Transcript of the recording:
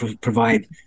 provide